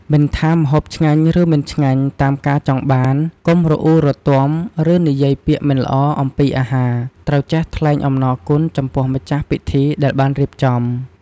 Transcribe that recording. មិនថាម្ហូបឆ្ងាញ់ ឬមិនឆ្ងាញ់តាមការចង់បាន កុំរអ៊ូរទាំ ឬនិយាយពាក្យមិនល្អអំពីអាហារ ត្រូវចេះថ្លែងអំណរគុណចំពោះម្ចាស់ពិធីដែលបានរៀបចំ។